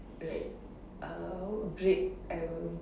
like uh great album